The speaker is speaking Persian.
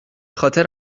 خاطر